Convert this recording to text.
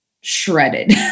shredded